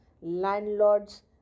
landlords